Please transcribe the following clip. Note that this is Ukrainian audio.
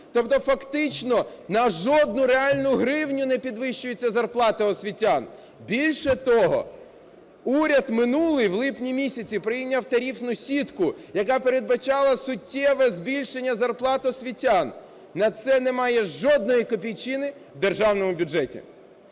Тобто фактично на жодну реальну гривню не підвищується зарплата освітян. Більше того, уряд минулий в липні місяці прийняв тарифну сітку, яка передбачала суттєве збільшення зарплат освітян. На це немає жодної копійчини в Державному бюджеті.